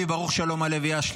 רבי ברוך שלום הלוי אשלג.